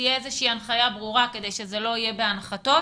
שתהיה איזושהי הנחיה ברורה כדי שזה לא יהיה בהנחתות.